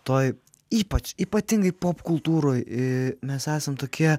toj ypač ypatingai popkultūroj mes esam tokie